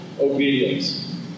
obedience